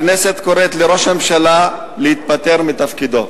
הכנסת קוראת לראש הממשלה להתפטר מתפקידו.